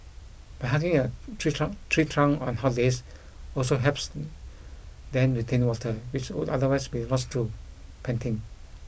but hugging a tree trunk tree trunk on hot days also helps then retain water which would otherwise be lost through panting